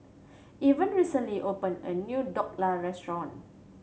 Evan recently opened a new Dhokla Restaurant